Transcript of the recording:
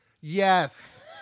Yes